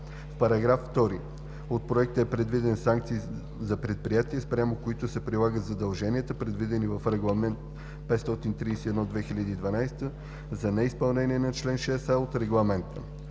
В § 2 от Проекта е предвидена санкция за предприятията, спрямо които се прилагат задълженията, предвидени в Регламент (ЕС) № 531/2012, за неизпълнение на чл. 6а от регламента.